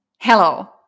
Hello